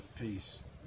peace